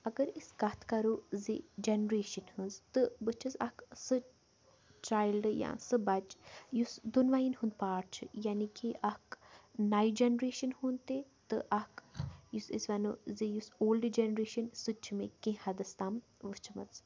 اگر أسۍ کَتھ کَرو زِ جَنریشَن ہٕنٛز تہٕ بہٕ چھَس اَکھ سُہ چایلڈ یا سُہ بَچہِ یُس دۄنوَیَن ہُنٛد پاٹ چھُ یعنی کہِ اَکھ نَیہِ جَنریشَن ہُنٛد تہِ تہٕ اَکھ یُس أسۍ وَنو زِ یُس اولڈٕ جَنریشَن سُہ تہِ چھِ مےٚ کینٛہہ حَدَس تام وٕچھمٕژ